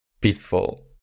peaceful